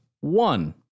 One